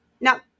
Now